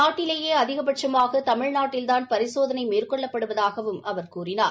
நாட்டிலேயே அதிகபட்சமாக தமிழ்நாட்டில்தான் பரிசோதனை மேற்கொள்ளப்படுவதாகவும் அவர் கூறினார்